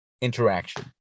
interaction